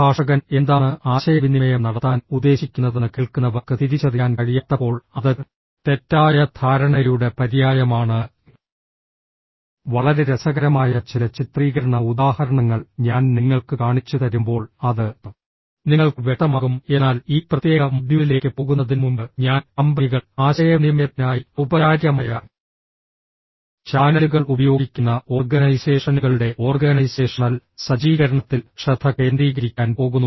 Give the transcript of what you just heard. പ്രഭാഷകൻ എന്താണ് ആശയവിനിമയം നടത്താൻ ഉദ്ദേശിക്കുന്നതെന്ന് കേൾക്കുന്നവർക്ക് തിരിച്ചറിയാൻ കഴിയാത്തപ്പോൾ അത് തെറ്റായ ധാരണയുടെ പര്യായമാണ് വളരെ രസകരമായ ചില ചിത്രീകരണ ഉദാഹരണങ്ങൾ ഞാൻ നിങ്ങൾക്ക് കാണിച്ചുതരുമ്പോൾ അത് നിങ്ങൾക്ക് വ്യക്തമാകും എന്നാൽ ഈ പ്രത്യേക മൊഡ്യൂളിലേക്ക് പോകുന്നതിനുമുമ്പ് ഞാൻ കമ്പനികൾ ആശയവിനിമയത്തിനായി ഔപചാരികമായ ചാനലുകൾ ഉപയോഗിക്കുന്ന ഓർഗനൈസേഷനുകളുടെ ഓർഗനൈസേഷണൽ സജ്ജീകരണത്തിൽ ശ്രദ്ധ കേന്ദ്രീകരിക്കാൻ പോകുന്നു